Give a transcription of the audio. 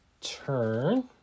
turn